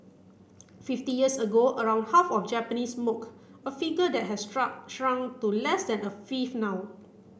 fifty years ago around half of Japanese smoked a figure that has struck shrunk to less than a fifth now